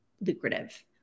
lucrative